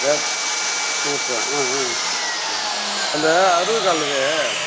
வே பூவரசன் ஆ ஆ அந்த அருள் காலுக்கு